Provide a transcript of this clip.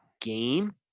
game